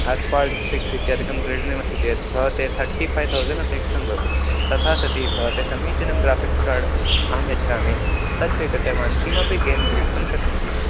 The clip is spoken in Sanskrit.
एप्पाल् सिक्स् इत्यादिकं क्रीडनमस्ति चेत् भवते थर्टि फै़व थौसेण्ड् अपेक्षितं भवति तथा सतिभवते समीचीनं ग्राफ़िक्स् कार्ड् अहं यच्छामि तत् स्वीकृतवान् किमपि गेम् क्रीडितुं शक्नोति